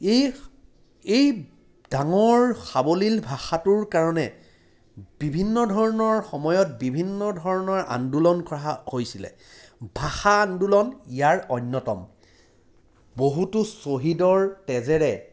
এই এই ডাঙৰ সাৱলীল ভাষাটোৰ কাৰণে বিভিন্ন ধৰণৰ সময়ত বিভিন্ন ধৰণৰ আন্দোলন কৰা হৈছিলে ভাষা আন্দোলন ইয়াৰ অন্যতম বহুতো শ্বহীদৰ তেজেৰে